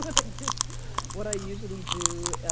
ah but what i usually do,